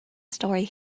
story